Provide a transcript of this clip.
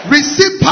Receive